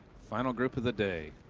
final group of the day.